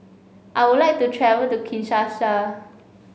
I would like to travel to Kinshasa